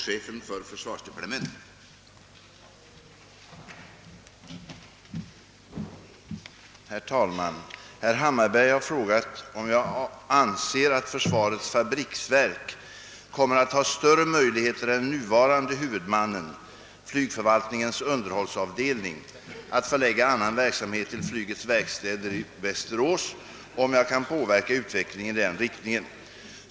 Herr talman! Herr Hammarberg har frågat mig om jag anser att försvarets fabriksverk kommer att ha större möjligheter än nuvarande huvudmannen, flygförvaltningens underhållsavdelning, att förlägga annan verksamhet till flygets verkstäder i Västerås och om jag kan påverka utvecklingen i den riktningen.